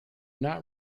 not